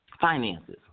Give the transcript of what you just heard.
Finances